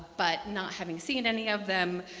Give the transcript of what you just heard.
but not having seen any of them,